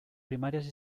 primarias